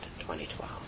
2012